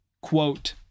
quote